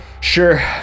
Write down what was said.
sure